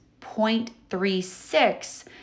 0.36